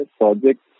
project